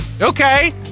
Okay